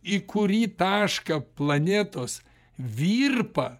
į kurį tašką planetos virpa